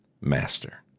Master